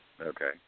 Okay